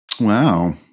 Wow